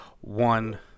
one